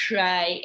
Try